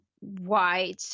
white